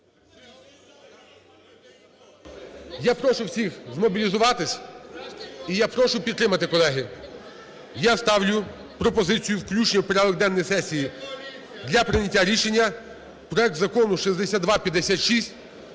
Я прошу всіх змобілізуватись, і я прошу підтримати, колеги. Я ставлю пропозицію включення в порядок денний сесії для прийняття рішення проект Закону 6256,